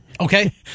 Okay